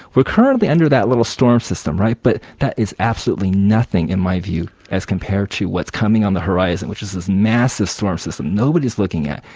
we're currently under that little storm system, but that is absolutely nothing in my view, as compared to what's coming on the horizon, which is this massive storm system nobody's looking at.